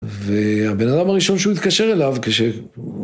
והבן אדם הראשון שהוא התקשר אליו כשהוא...